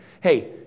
Hey